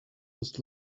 was